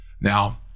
Now